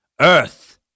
Earth